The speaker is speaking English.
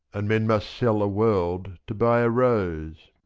and men must sell a world to buy a rose!